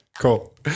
Cool